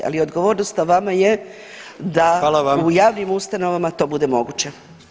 Ali odgovornost na vama je da u javnim ustanovama to bude moguće.